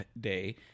day